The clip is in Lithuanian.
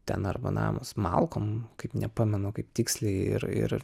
ten arba namas malkom kaip nepamenu kaip tiksliai ir ir